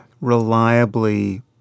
reliably